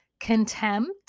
contempt